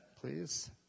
please